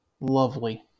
Lovely